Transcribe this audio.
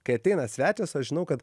kai ateina svečias aš žinau kad